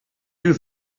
you